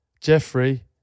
Jeffrey